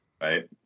Right